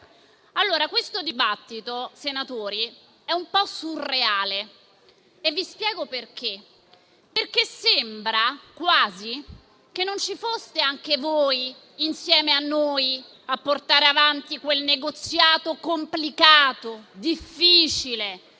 europea. Questo dibattito, onorevoli senatori, è un po' surreale. e vi spiego perché. Sembra quasi che non ci foste anche voi, insieme a noi, a portare avanti quel negoziato complicato, difficile,